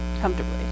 comfortably